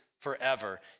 forever